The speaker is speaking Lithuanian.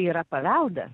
yra paveldas